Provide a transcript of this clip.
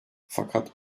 fakat